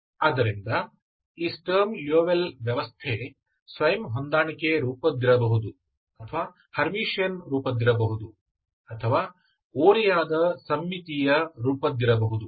ಆದ್ದರಿಂದ ಈ Sturm Liouville ವ್ಯವಸ್ಥೆ ಸ್ವಯಂ ಹೊಂದಾಣಿಕೆ ರೂಪದ್ದಿರಬಹುದು ಅಥವಾ ಹರ್ಮಿಟಿಯನ್ ರೂಪದ್ದಿರಬಹುದು ಅಥವಾ ಓರೆಯಾದ ಸಮ್ಮಿತೀಯ ರೂಪದ್ದಿರಬಹುದು